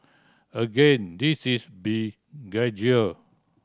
again this is be gradual